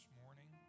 morning